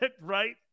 Right